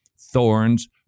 thorns